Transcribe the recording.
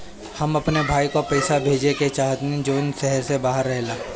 हम अपन भाई को पैसा भेजे के चाहतानी जौन शहर से बाहर रहेला